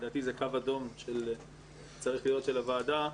לדעתי זה קו אדום שצריך להיות של הוועדה,